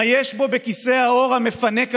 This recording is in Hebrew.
מה יש בו, בכיסא העור המפנק הזה,